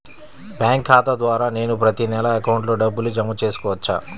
Bank ఖాతా ద్వారా నేను ప్రతి నెల అకౌంట్లో డబ్బులు జమ చేసుకోవచ్చా?